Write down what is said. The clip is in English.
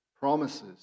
promises